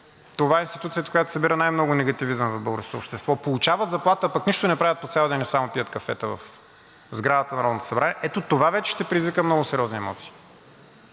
това е институцията, която събира най-много негативизъм в българското общество, получават заплата, пък нищо не правят по цял ден и само пият кафета в сградата на Народното събрание, ето това вече ще предизвика много сериозни емоции.